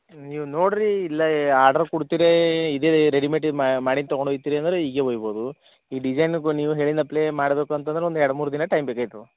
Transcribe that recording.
ನೀವು ನೋಡ್ರೀ ಇಲ್ಲ ಏ ಆರ್ಡ್ರ್ ಕುಡ್ತಿರೇ ಇದೇ ರೆಡಿಮೆಟಿನ್ ಮಾಡಿನ ತಗೊಂಡು ಹೋಯ್ತಿರಿ ಅಂದ್ರ ಹೀಗೆ ಒಯ್ಬೋದು ಈ ಡಿಝೈನ್ಗು ನೀವು ಹೇಳಿನಪ್ಲೇ ಮಾಡಬೇಕು ಅಂತಂದ್ರ ಒಂದು ಎರಡು ಮೂರು ದಿನ ಟೈಮ್ ಬೇಕಯ್ತವ